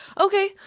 Okay